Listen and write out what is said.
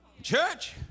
church